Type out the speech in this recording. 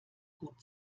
gut